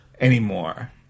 Anymore